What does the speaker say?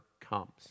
comes